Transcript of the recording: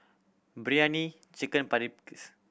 Biryani Chicken Paprikas